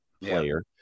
player